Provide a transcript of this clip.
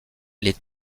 les